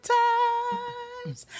times